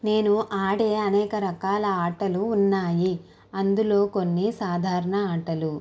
నేను ఆడే అనేక రకాల ఆటలు ఉన్నాయి అందులో కొన్ని సాధారణ ఆటలు